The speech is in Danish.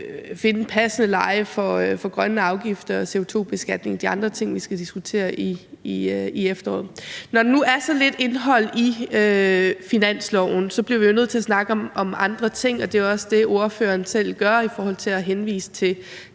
finde et passende leje for grønne afgifter og CO2-beskatning og de andre ting, vi skal diskutere i efteråret. Når der nu er så lidt indhold i finansloven, bliver vi jo nødt til at snakke om andre ting, og det er også det, ordføreren selv gør ved at henvise til